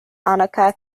anoka